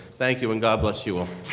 thank you and god bless you all.